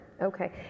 Okay